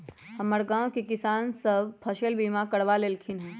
हमर गांव के किसान सभ फसल बीमा करबा लेलखिन्ह ह